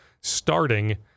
starting